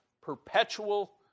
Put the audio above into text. perpetual